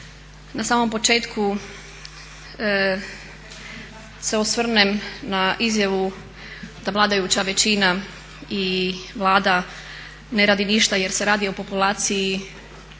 na samom početku da se osvrnem na izjavu da vladajuća većina i Vlada ne radi ništa jer se radi o populaciji